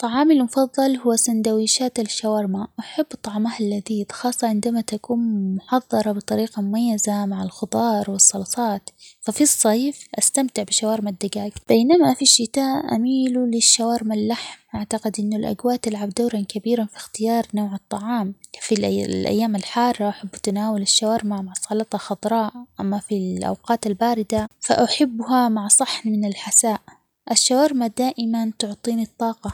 طعامي المفضل هو سندويشات الشاورما، أحب طعمها اللذيذ خاصة عندما تكون محضرة بطريقة مميزة مع الخضار والصلصات ففي الصيف أستمتع بشاورما الدجاج بينما في الشتاء أميل للشاورما اللحم أعتقد إنو الأجواء تلعب دوراً كبيراً في اختيار نوع الطعام، في الأ-الأيام الحارة أحب تناول الشاورما مع سلطة خضراء أما في الأوقات الباردة فأحبها مع صحن من الحساء، الشاورما دائماً تعطيني الطاقة.